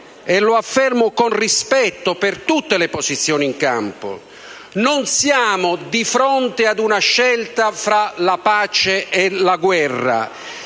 lo affermo con rispetto per tutte le posizioni in campo, non siamo di fronte ad una scelta tra la pace e la guerra.